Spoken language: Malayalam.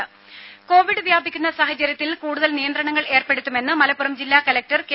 രുര കോവിഡ് വ്യാപിക്കുന്ന സാഹചര്യത്തിൽ കൂടുതൽ നിയന്ത്രണങ്ങൾ ഏർപ്പെടുത്തുമെന്ന് മലപ്പുറം ജില്ലാ കലക്ടർ കെ